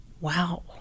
Wow